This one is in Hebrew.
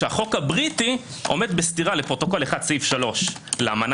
שהחוק הבריטי עומד בסתירה לפרוטוקול 1 סעיף 3 לאמנה